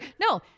no